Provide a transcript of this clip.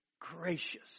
Gracious